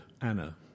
Anna